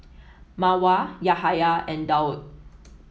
Mawar Yahaya and Daud